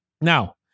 Now